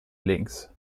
links